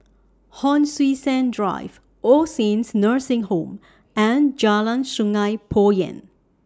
Hon Sui Sen Drive All Saints Nursing Home and Jalan Sungei Poyan